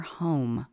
home